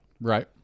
Right